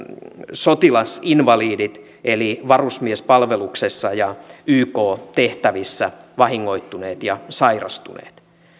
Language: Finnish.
sotilasinvalidit eli varusmiespalveluksessa ja yk tehtävissä vahingoittuneet ja sairastuneet